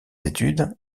études